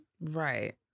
right